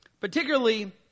particularly